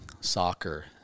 soccer